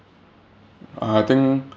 uh I think